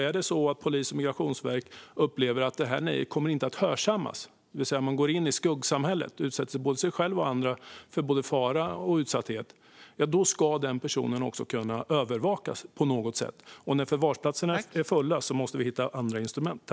Är det så att polisen och Migrationsverket upplever att det här nejet inte kommer att hörsammas, så att en person går in i skuggsamhället och utsätter sig själv och andra för fara, ska den personen också kunna övervakas på något sätt. När förvarsplatserna är fulla måste vi hitta andra instrument.